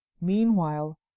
meanwhile